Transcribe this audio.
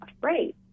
afraid